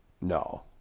No